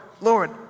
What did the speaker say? Lord